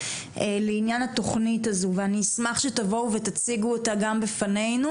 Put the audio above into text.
לעניין התוכנית הזו ואני אשמח שתבואו ותציגו אותה גם בפנינו